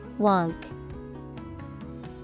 Wonk